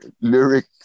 lyric